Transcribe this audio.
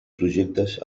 projectes